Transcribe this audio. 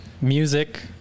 Music